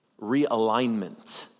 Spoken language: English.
realignment